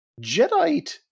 Jedi